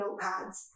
notepads